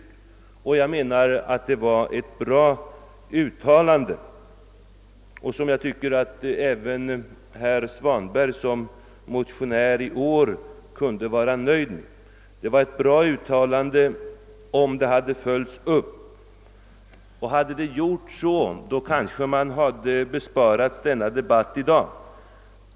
Jag anser att detta var ett bra uttalande, som även herr Svanberg som motionär i år kunde vara nöjd med. Det hade varit bra om detta uttalande hade följts upp. Om så skett, hade vi kanske besparats denna debatt i dag.